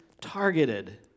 targeted